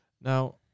Now